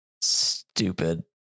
stupid